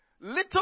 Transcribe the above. little